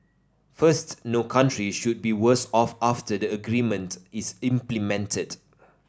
first no country should be worse off after the agreement is implemented